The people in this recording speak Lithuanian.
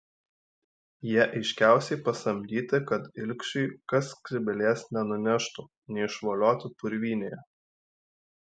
jie aiškiausiai pasamdyti kad ilgšiui kas skrybėlės nenuneštų neišvoliotų purvynėje